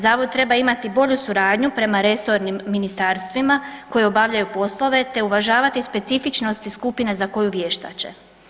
Zavod treba imati bolju suradnju prema resornim ministarstvima koji obavljaju poslove te uvažavati specifičnosti skupine za koju vještače.